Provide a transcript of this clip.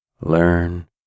learn